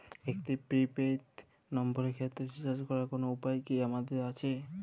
একটি prepaid নম্বরের ক্ষেত্রে রিচার্জ করার কোনো উপায় কি আমাদের আছে?